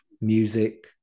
music